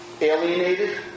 alienated